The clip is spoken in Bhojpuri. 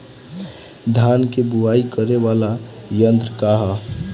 धान के बुवाई करे वाला यत्र का ह?